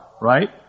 right